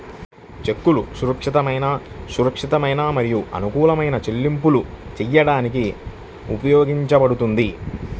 చెక్కు సురక్షితమైన, సురక్షితమైన మరియు అనుకూలమైన చెల్లింపులు చేయడానికి ఉపయోగించబడుతుంది